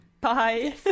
Bye